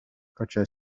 katja